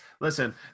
listen